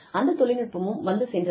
அந்த தொழில்நுட்பமும் வந்து சென்றது